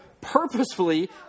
purposefully